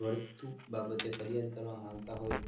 વર્તણૂંક બાબતે ફરિયાદ કરવા માગતા હોય તો